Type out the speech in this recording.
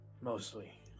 Mostly